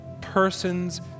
persons